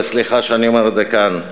וסליחה שאני אומר את זה כאן,